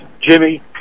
Jimmy